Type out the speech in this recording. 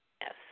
Yes